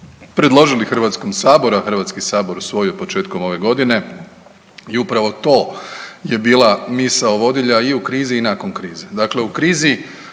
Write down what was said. predložili HS-u, a HS usvojio početkom ove godine i upravo to je bila misao vodilja i u krizi i nakon krize.